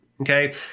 Okay